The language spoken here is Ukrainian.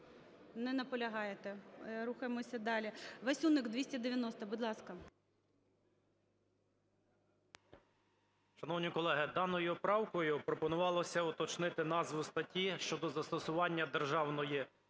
Не наполягаєте? Рухаємося далі. Васюник, 290-а. Будь ласка. 10:29:58 ВАСЮНИК І.В. Шановні колеги, даною правкою пропонувалося уточнити назву статті щодо застосування державної